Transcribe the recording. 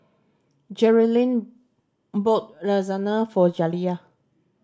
jerilynn bought Lasagna for Jaliyah